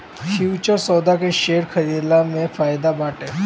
futures सौदा के share खरीदला में फायदा बाटे